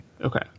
Okay